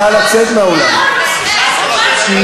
נא לצאת מהאולם, תודה רבה.